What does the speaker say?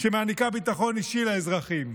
שמעניקה ביטחון אישי לאזרחים.